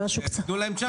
אז תתנו להם צ'אנס.